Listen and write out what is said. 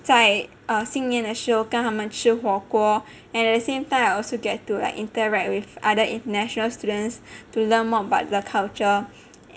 在 err 新年的时候跟他们吃火锅 and at the same time I also get to like interact with other international students to learn more about the culture